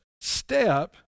step